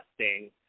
testing